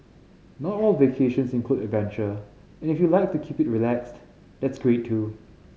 not all vacations include adventure and if you like to keep it relaxed that's great too